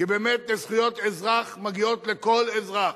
כי באמת זכויות אזרח מגיעות לכל אזרח,